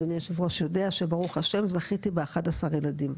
אדוני יושב הראש יודע שברוך ה' זכיתי ב-11 ילדים,